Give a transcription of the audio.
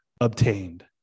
obtained